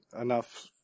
enough